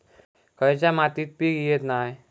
खयच्या मातीत पीक येत नाय?